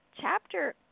Chapter